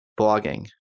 blogging